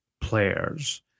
players